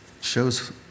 Shows